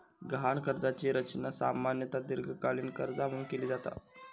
गहाण कर्जाची रचना सामान्यतः दीर्घकालीन कर्जा म्हणून केली जाता